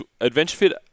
AdventureFit